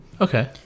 Okay